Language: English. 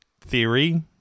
theory